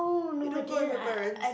you don't go with your parents